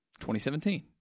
2017